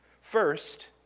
First